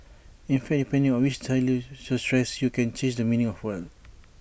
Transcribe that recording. in fact depending on which you stress you can change the meaning of A word